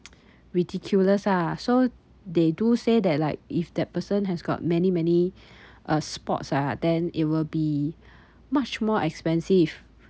ridiculous ah so they do say that like if that person has got many many uh spots ah then it will be much more expensive